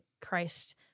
Christ